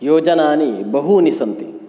योजनानि बहूनि सन्ति